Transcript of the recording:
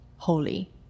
Holy